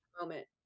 moment